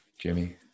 Jimmy